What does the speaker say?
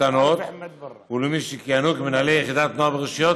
קטנות ולמי שכיהנו כמנהלי יחידת נוער ברשויות